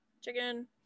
Chicken